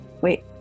Wait